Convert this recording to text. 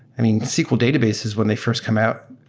i mean, sql databases when they first come out,